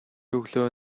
өглөө